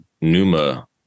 Numa